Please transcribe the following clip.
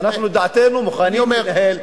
אנחנו את דעתנו מוכנים לנהל.